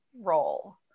role